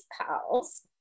PALS